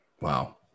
Wow